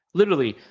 literally,